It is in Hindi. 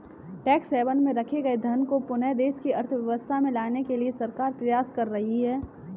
टैक्स हैवन में रखे गए धन को पुनः देश की अर्थव्यवस्था में लाने के लिए सरकार प्रयास कर रही है